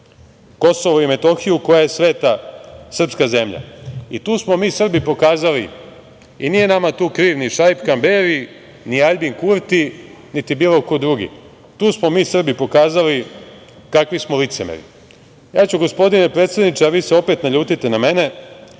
Kosovo i Metohiju koja je sveta srpska zemlja i tu smo mi Srbi pokazali, i nije nama tu kriv ni Šaip Kamberi, ni Aljbin Kurti, niti bilo ko drugi, kakvi smo licemeri. Gospodine predsedniče, vi se opet naljutite na mene,